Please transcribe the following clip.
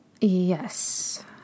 yes